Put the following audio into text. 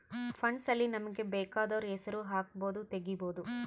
funds ಅಲ್ಲಿ ನಮಗ ಬೆಕಾದೊರ್ ಹೆಸರು ಹಕ್ಬೊದು ತೆಗಿಬೊದು